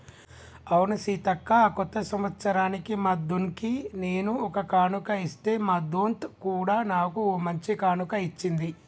అవును సీతక్క కొత్త సంవత్సరానికి మా దొన్కి నేను ఒక కానుక ఇస్తే మా దొంత్ కూడా నాకు ఓ మంచి కానుక ఇచ్చింది